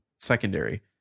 secondary